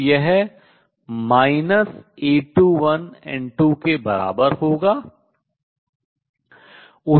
तो यह A21N2 के बराबर होगा